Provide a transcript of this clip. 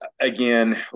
again